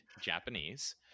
japanese